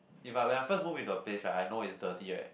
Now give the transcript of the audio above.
if I went I first move into a place right I know it's dirty right